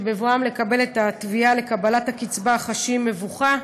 שבבואם לקבל את התביעה לקבלת הקצבה חשים מבוכה,